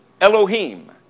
Elohim